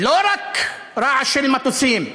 לא רק רעש של מטוסים,